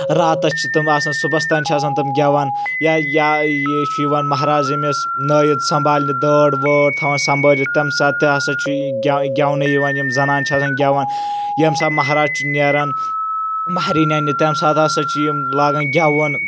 راتَس چھِ تِم آسان صُبَحس تانۍ چھِ آسان تِم گؠوان یا یہِ چھُ یِوان مہراز أمِس نٲیِد سمبالنہِ دٲڑ وٲڑ تھاوَان سمبٲلِتھ تَمہِ ساتہٕ تہِ ہسا چھُ گؠونہٕ یِوان یِم زنان چھِ آسان گؠوان ییٚمہِ ساتہٕ مہراز چھُ نَیٚرَان مہرِنۍ اَنٕنہِ تَمہِ ساتہٕ ہسا چھِ یِم لاگَان گؠوُن